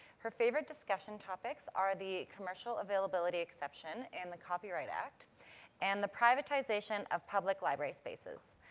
her favourite discussion topics are the commercial availability exception in the copyright act and the privatization of public library spaces.